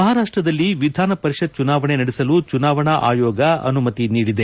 ಮಹಾರಾಷ್ಟದಲ್ಲಿ ವಿಧಾನಪರಿಷತ್ ಚುನಾವಣೆ ನಡೆಸಲು ಚುನಾವಣಾ ಆಯೋಗ ಅನುಮತಿ ನೀಡಿದೆ